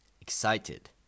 Excited